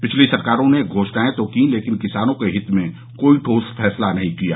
पिछली सरकारों ने घोषणाएं तो की लेकिन किसानों के हित में कोई ठोस फैंसला नहीं लिया